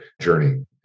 journey